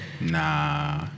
Nah